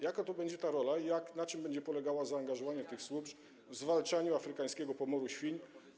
Jaka będzie ta rola i na czym będzie polegało zaangażowanie tych służb w zwalczanie afrykańskiego pomoru świń?